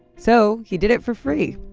so he did it for free.